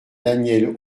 danièle